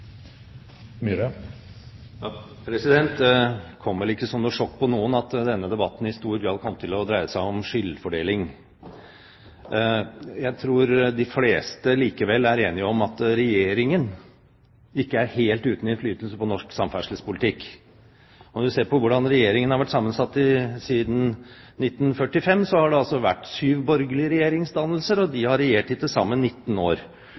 Det kom vel ikke som noe sjokk på noen at denne debatten i stor grad kom til å dreie seg om skyldfordeling. Jeg tror de fleste likevel er enige om at regjeringen ikke er helt uten innflytelse på norsk samferdselspolitikk. Når man ser på hvordan regjeringene har vært sammensatt siden 1945, har det altså vært åtte borgerlige regjeringsdannelser, og de har regjert i til sammen 19 år